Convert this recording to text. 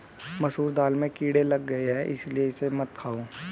मसूर दाल में कीड़े लग गए है इसलिए इसे मत खाओ